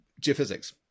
geophysics